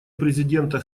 президента